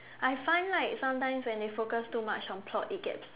I find like sometimes when they focus too much on plot it gets